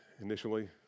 initially